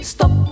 Stop